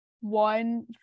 one